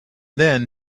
then